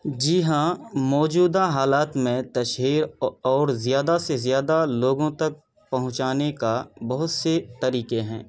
جی ہاں موجودہ حالات میں تشہیر اور زیادہ سے زیادہ لوگوں تک پہنچانے کا بہت سے طریقے ہیں